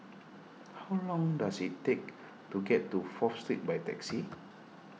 how long does it take to get to Fourth Street by taxi